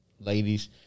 ladies